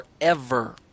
forever